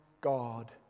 God